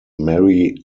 mary